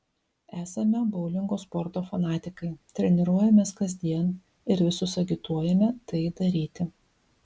esame boulingo sporto fanatikai treniruojamės kasdien ir visus agituojame tai daryti